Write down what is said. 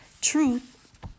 truth